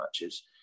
matches